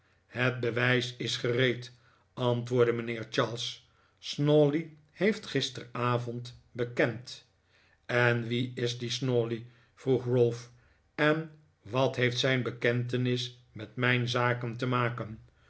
het bewijs is gereed antwoordde mijnheer charles snawley heeft gisteravond bekend en wie is die snawley vroeg ralph en wat heeft zijn bekentenis met mijn zaken te maken